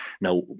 Now